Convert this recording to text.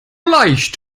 leicht